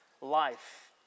life